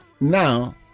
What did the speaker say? Now